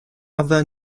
other